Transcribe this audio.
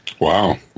Wow